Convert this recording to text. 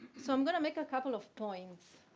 so i'm gonna make a couple of points,